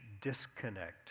disconnect